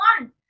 one